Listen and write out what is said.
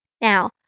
Now